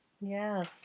Yes